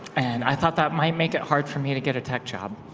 and i thought that might make it hard for me to get a tech job.